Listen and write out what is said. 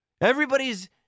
Everybody's